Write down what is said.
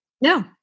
No